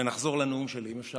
ונחזור לנאום שלי, אם אפשר.